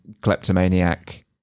kleptomaniac